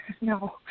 No